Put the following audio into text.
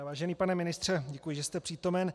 Vážený pane ministře, děkuji, že jste přítomen.